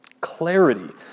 Clarity